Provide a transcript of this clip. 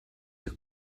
your